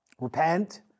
Repent